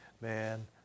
Man